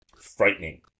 frightening